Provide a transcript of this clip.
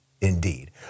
Indeed